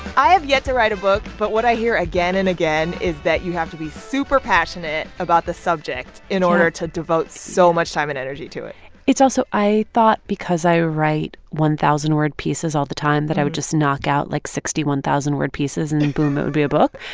i have yet to write a book. but what i hear again and again is that you have to be super passionate about the subject in order to devote so much time and energy to it it's also i thought because i write one thousand word pieces all the time that i would just knock out, like, sixty one thousand word pieces and, boom, it would be a book.